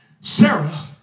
Sarah